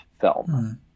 film